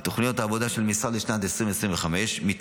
ותוכנית העבודה של משרד לשנת 2025 מתמקדת